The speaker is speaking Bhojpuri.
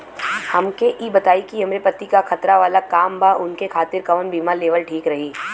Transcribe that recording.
हमके ई बताईं कि हमरे पति क खतरा वाला काम बा ऊनके खातिर कवन बीमा लेवल ठीक रही?